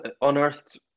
unearthed